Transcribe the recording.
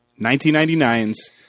1999's